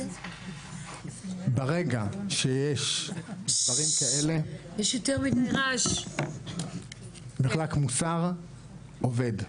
ברגע שיש דברים כאלה, מחלק מוסר עובד.